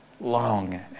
long